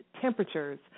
temperatures